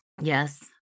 Yes